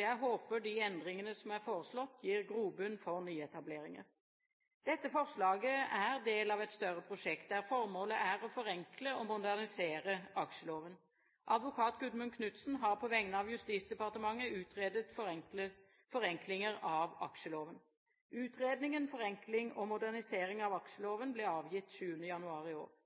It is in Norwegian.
Jeg håper de endringene som er foreslått, gir grobunn for nyetableringer. Dette forslaget er del av et større prosjekt der formålet er å forenkle og modernisere aksjeloven. Advokat Gudmund Knudsen har på vegne av Justisdepartementet utredet forenklinger av aksjeloven. Utredningen om forenkling og modernisering av aksjeloven ble avgitt 7. januar i år.